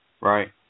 Right